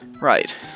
Right